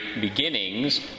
beginnings